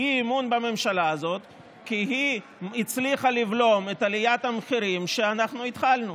אי-אמון בממשלה הזאת כי היא הצליחה לבלום את עליית המחירים שאנחנו התחלנו.